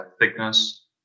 thickness